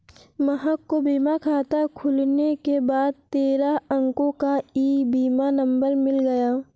महक को बीमा खाता खुलने के बाद तेरह अंको का ई बीमा नंबर मिल गया